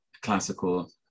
classical